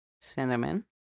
Cinnamon